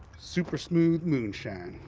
super smooth moonshine.